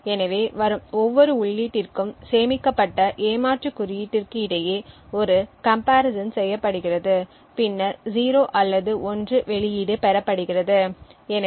எனவே வரும் ஒவ்வொரு உள்ளீட்டிற்கும் சேமிக்கப்பட்ட ஏமாற்று குறியீட்டிற்கு இடையே ஒரு கம்பேரிஷன் செய்யப்படுகிறது பின்னர் 0 அல்லது 1 வெளியீடு பெறப்படுகிறது